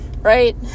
Right